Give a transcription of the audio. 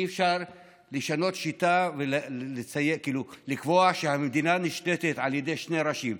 אי-אפשר לשנות שיטה ולקבוע שהמדינה נשלטת על ידי שני ראשים.